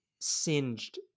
singed